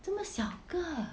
这么小个